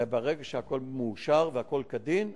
וברגע שהכול מאושר והכול כדין,